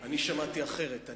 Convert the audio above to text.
אני שמעתי אחרת.